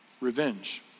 Revenge